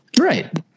Right